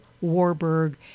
Warburg